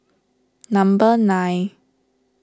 number nine